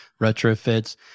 retrofits